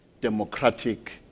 democratic